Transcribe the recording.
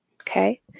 Okay